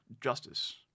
Justice